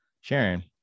Sharon